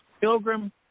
Pilgrim